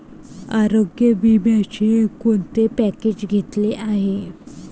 आरोग्य विम्याचे कोणते पॅकेज घेतले आहे?